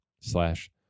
slash